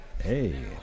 Hey